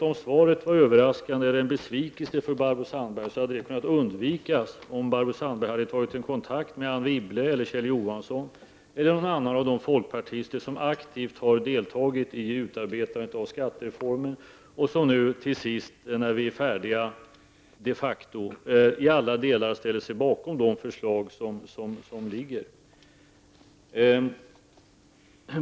Om svaret var överraskande eller en besvikelse för Barbro Sandberg, hade det kunnat undvikas om hon hade tagit kontakt med Anne Wibble, Kjell Johansson eller någon annan av de folkpartister som aktivt har deltagit i utarbetandet av skattereformen och som, när vi nu till sist de facto är färdiga, i alla delar ställer sig bakom det förslag som ligger.